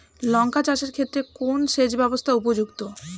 লঙ্কা চাষের ক্ষেত্রে কোন সেচব্যবস্থা উপযুক্ত?